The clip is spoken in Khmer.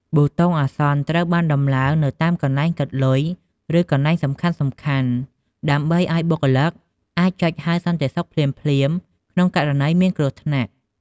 ប៊ូតុងអាសន្ន ត្រូវបានដំឡើងនៅតាមកន្លែងគិតលុយ ឬកន្លែងសំខាន់ៗ ដើម្បីឱ្យបុគ្គលិកអាចចុចហៅសន្តិសុខភ្លាមៗក្នុងករណីមានគ្រោះថ្នាក់។